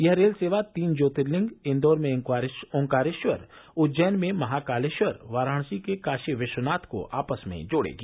यह रेल सेवा तीन ज्योतिर्लिंग इंदौर में ऑकारेश्वर उज्जैन में महाकालेश्वर वाराणसी के काशी विश्वनाथ को आपस में जोड़ेगी